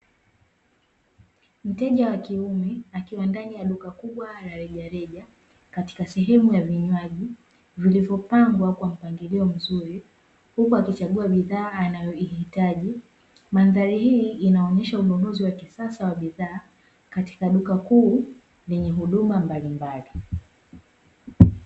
Mteja wa kiume akiwa ndani ya duka kubwa la rejareja katika sehemu ya vinywaji, vilivyopangwa kwa mpangilio mzuri huku akichagua bidhaa anayoihitaji. Mandhali hili linaonesha ununuzi wa kisasa wa bidhaa katika duka kubwa lenye huduma mbalimbali.